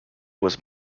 was